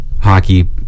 hockey